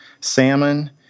salmon